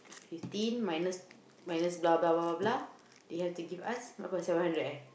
fifteen minus minus they have to give us apa seven hundred eh